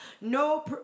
No